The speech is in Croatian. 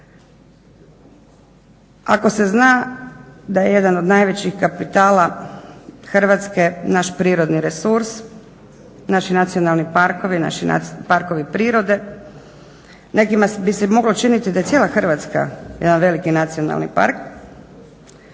Ako se zna da je jedan od najvećih kapitala Hrvatske naš prirodni resurs, naši nacionalni parkovi, naši parkovi prirode. Nekima bi se moglo činiti da je cijela Hrvatska jedan veliki nacionalni park.